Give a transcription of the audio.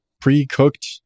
pre-cooked